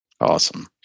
Awesome